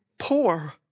poor